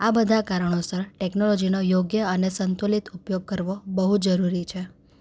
આ બધાં કારણોસર ટેકનોલોજીનો યોગ્ય અને સંતુલિત ઉપયોગ કરવો બહુ જરૂરી છે